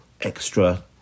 extra